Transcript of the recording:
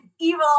evil